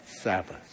Sabbath